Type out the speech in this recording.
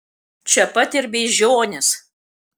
čia pat ir beižionys